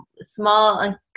small